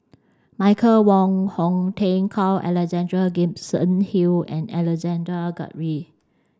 Michael Wong Hong Teng Carl Alexander Gibson Hill and Alexander Guthrie